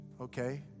Okay